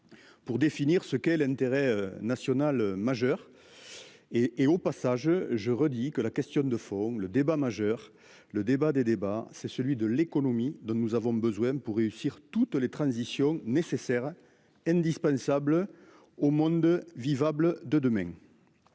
Pour définir ce qu'est l'intérêt national majeur. Et et au passage je redis que la question de fond, le débat majeur, le débat des débats c'est celui de l'économie dont nous avons besoin pour réussir. Toutes les transitions nécessaires. Indispensables au monde vivable de demain.